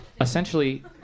essentially